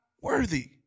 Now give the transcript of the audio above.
worthy